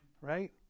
right